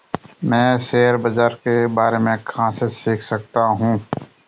मैं शेयर बाज़ार के बारे में कहाँ से सीख सकता हूँ?